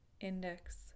index